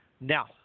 Now